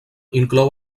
inclou